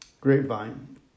Grapevine